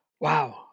wow